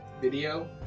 video